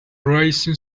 rising